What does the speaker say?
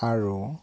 আৰু